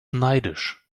neidisch